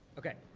okay.